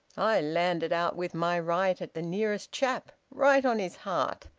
i landed out with my right at the nearest chap right on his heart.